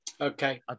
Okay